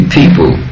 people